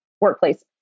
workplace